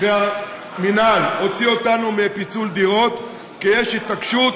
המינהל הוציא אותנו מפיצול דירות, כי יש התעקשות